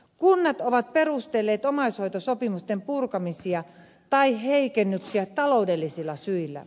kunnat ovat perustelleet omaishoitosopimisten purkamisia tai heikennyksiä taloudellisilla syillä